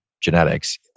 genetics